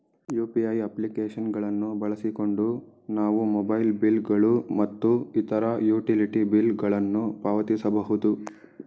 UPI application ಗಳನ್ನು ಬಳಸಿಕೊಂಡು ನಾವು ಮೊಬೈಲ್ ಬಿಲ್ ಗಳು ಮತ್ತು ಇತರ ಯುಟಿಲಿಟಿ ಬಿಲ್ ಗಳನ್ನು ಪಾವತಿಸಬಹುದು